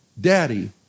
Daddy